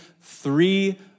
three